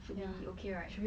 should be okay right